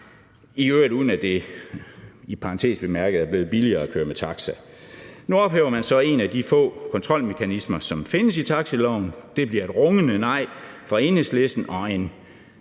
i øvrigt uden at det i parentes bemærket er blevet billigere at køre med taxa. Nu ophæver man så en af de få kontrolmekanismer, som findes i taxiloven. Det bliver et rungende nej fra Enhedslisten og en